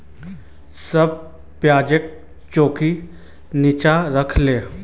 सब प्याजक चौंकीर नीचा राखे दे